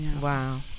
Wow